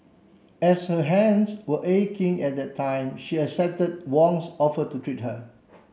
as her hands were aching at that time she accepted Wong's offer to treat her